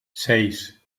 seis